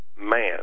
man